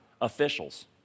officials